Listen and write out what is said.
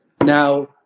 Now